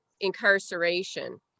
incarceration